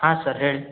ಹಾಂ ಸರ್ ಹೇಳಿ